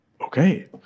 okay